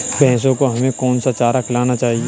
भैंसों को हमें कौन सा चारा खिलाना चाहिए?